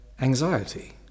anxiety